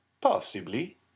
Possibly